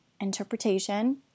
interpretation